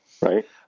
Right